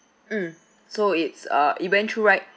mm so it's uh it went through right